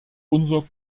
unser